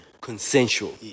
consensual